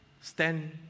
stand